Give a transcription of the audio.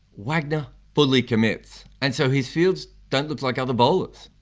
wagner fully commits, and so his fields don't look like other bowlers'.